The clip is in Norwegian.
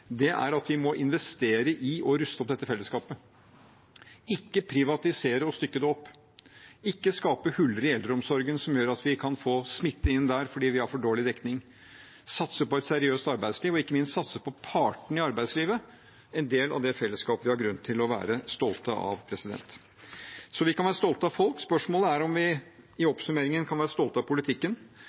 ruste opp dette fellesskapet, ikke privatisere og stykke det opp, ikke skape huller i eldreomsorgen som gjør at vi kan få smitte inn der fordi vi har for dårlig dekning, satse på et seriøst arbeidsliv og ikke minst satse på partene i arbeidslivet – en del av det fellesskapet vi har grunn til å være stolte av. Vi kan være stolte av folk, spørsmålet er om vi i oppsummeringen kan være stolte av politikken.